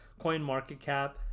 CoinMarketCap